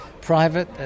private